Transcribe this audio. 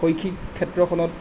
শৈক্ষিক ক্ষেত্ৰখনত